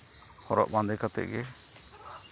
ᱦᱚᱨᱚᱜ ᱵᱟᱸᱫᱮ ᱠᱟᱛᱮᱫ ᱜᱮ